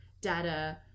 data